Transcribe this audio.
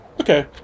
okay